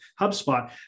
HubSpot